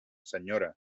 senyora